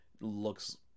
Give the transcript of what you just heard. looks